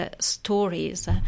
stories